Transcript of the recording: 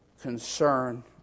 concern